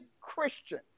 Christian